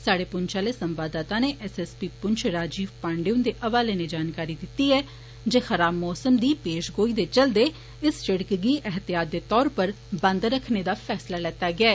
साहडे पृंछ आले संवाददाता नै S S P Poonch Rajeev Pandey हुन्दे हवाले नै जानकारी दिती ऐ जे खराब मौसम दी पेशगोई दे चलदे इस सिड़कै गी ऐहतियाती तौर उप्पर बंद रक्खने दा फैसला लैता गेआ ऐ